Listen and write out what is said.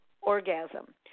orgasm